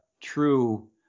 true